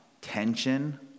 tension